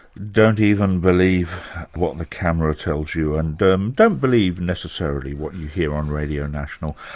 don't even believe what the camera tells you, and um don't believe necessarily what you hear on radio national.